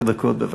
עשר דקות, בבקשה,